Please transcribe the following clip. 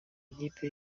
ikipe